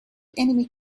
enemy